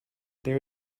there